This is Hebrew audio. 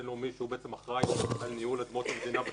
שאחראי על ניהול אדמות מדינה בשטח או